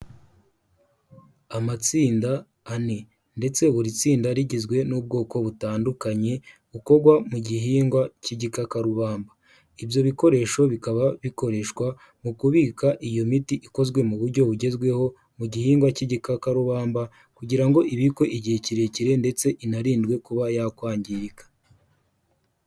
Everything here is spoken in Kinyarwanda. Amatsinda ane ndetse buri tsinda rigizwe n'ubwoko butandukanye bukorwa mu gihingwa cy'igikakarubamba; ibyo bikoresho bikaba bikoreshwa mu kubika iyo miti ikozwe mu buryo bugezweho mu gihingwa cy'igikakarubamba; kugira ngo ibikwe igihe kirekire ndetse inarindwe kuba yakwangirika.